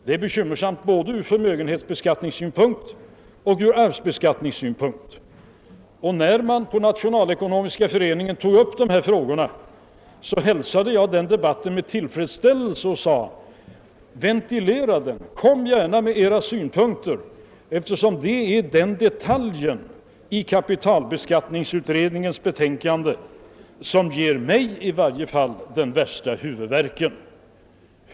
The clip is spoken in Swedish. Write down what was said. Det är bekymmersamt både ur förmögenhetsskattesynpunkt och ur arvsbeskattningssynpunkt. När man på Nationalekonomiska föreningen tog upp dessa frågor hälsade jag det med tillfredsställelse och sade: Ventilera det och kom gärna med era synpunkter! Detta är nämligen den detalj i kapitalskatteberedningens betänkande som ger mig den värsta huvudvärken.